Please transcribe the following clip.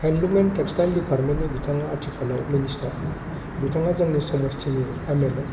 handloom and textile डिपारमेन्टनि बिथाङा आथिखालाव मिनिस्टार बिथाङा जोंनि समस्थिनि एम एल ए